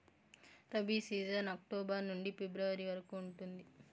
rabi season October నుండి ఫిబ్రవరి వరకు ఉంటుంది